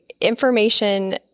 information